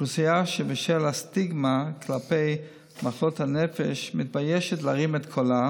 אוכלוסייה שבשל הסטיגמה כלפי מחלות הנפש מתביישת להרים את קולה